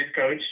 coach